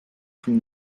from